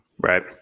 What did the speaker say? Right